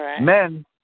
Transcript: Men